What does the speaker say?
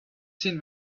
seen